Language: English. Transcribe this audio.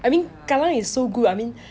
I mean kallang is so good I mean